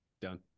done